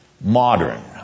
modern